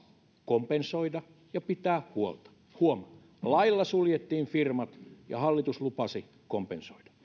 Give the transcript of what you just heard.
kompensoida ja pitää huolta huom lailla suljettiin firmat ja hallitus lupasi kompensoida